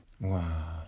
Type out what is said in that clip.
Wow